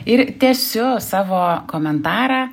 ir tęsiu savo komentarą